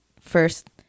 first